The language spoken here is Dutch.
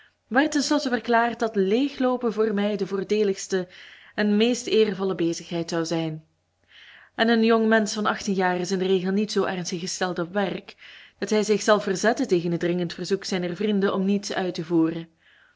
werd ten slotte verklaard dat leegloopen voor mij de voordeeligste en meest eervolle bezigheid zou zijn en een jongmensch van achttien jaar is in den regel niet zoo ernstig gesteld op werk dat hij zich zal verzetten tegen het dringend verzoek zijner vrienden om niets uit te voeren